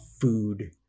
food